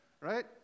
right